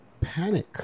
Panic